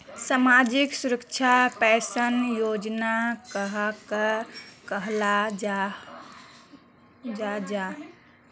सामाजिक सुरक्षा पेंशन योजना कहाक कहाल जाहा जाहा?